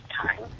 time